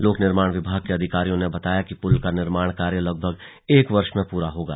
लोक निर्माण विभाग के अधिकारियों ने बताया कि पुल का निर्माण कार्य लगभग एक वर्ष में पूरा होगा